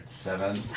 seven